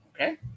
okay